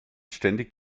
ständig